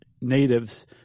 natives